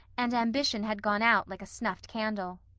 and ambition had gone out like a snuffed candle.